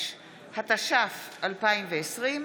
7), התש"ף 2020,